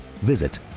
visit